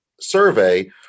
survey